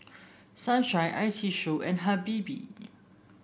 Sunshine I T Show and Habibie